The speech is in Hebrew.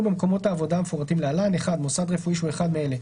במקומות העבודה המפורטים להלן: מוסד רפואי שהוא אחד מאלה: